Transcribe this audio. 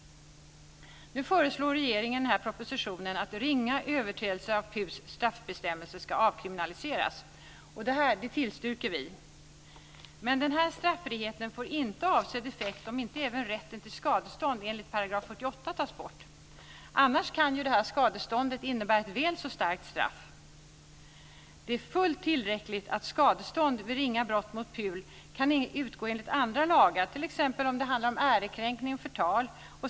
Nu föreslår regeringen i propositionen att ringa överträdelser av PUL:s straffbestämmelser ska avkriminaliseras. Detta tillstyrker vi. Men straffriheten får inte avsedd effekt om inte även rätten till skadestånd enligt § 48 tas bort. Annars kan ju skadeståndet innebära ett väl så starkt straff. Det är fullt tillräckligt att skadestånd vid ringa brott mot PUL kan utgå enligt andra lagar, t.ex. om det handlar om ärekränkning och förtal.